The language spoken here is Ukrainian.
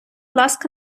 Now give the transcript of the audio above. ласка